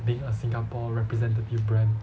being a singapore representative brand